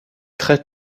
très